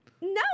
No